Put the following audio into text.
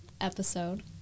episode